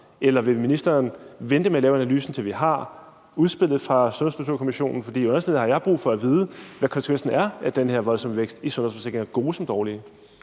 Eller vil ministeren vente med at lave analysen, til vi har udspillet fra Sundhedsstrukturkommissionen? For under alle omstændigheder har jeg brug for at vide, hvad konsekvenserne er af den her voldsomme vækst i antallet af sundhedsforsikringer – gode som dårlige?